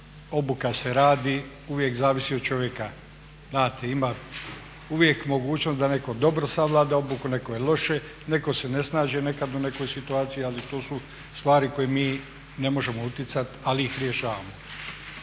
obuka se radi, uvijek zavisi od čovjeka. Znate ima uvijek mogućnost da netko dobro savlada obuku, netko lošije, netko se ne snađe nekada u nekoj situaciji, ali to su stvari koje mi ne možemo utjecati ali ih rješavamo.